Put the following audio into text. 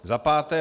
Za páté.